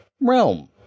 Realm